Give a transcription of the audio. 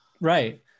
Right